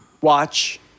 Watch